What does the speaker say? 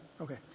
Okay